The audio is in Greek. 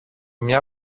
μια